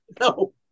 No